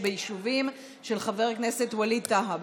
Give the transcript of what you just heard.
תודה רבה.